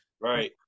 Right